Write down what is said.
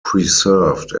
preserved